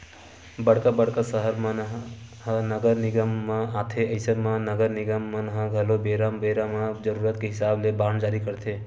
बड़का बड़का सहर मन ह नगर निगम मन म आथे अइसन म नगर निगम मन ह घलो बेरा बेरा म जरुरत के हिसाब ले बांड जारी करथे